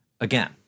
Again